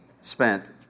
spent